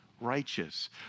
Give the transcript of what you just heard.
righteous